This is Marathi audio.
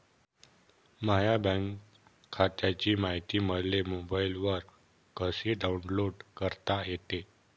माह्या बँक खात्याची मायती मले मोबाईलवर कसी डाऊनलोड करता येते?